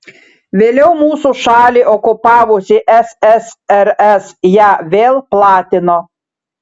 vėliau mūsų šalį okupavusi ssrs ją vėl platino